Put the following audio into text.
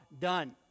done